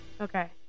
Okay